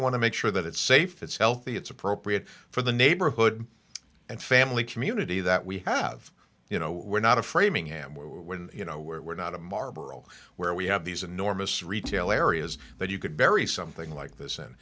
want to make sure that it's safe it's healthy it's appropriate for the neighborhood and family community that we have you know we're not afraid mean when you know we're not a marble where we have these enormous retail areas that you could bury something like this